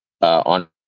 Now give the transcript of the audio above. on